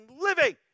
living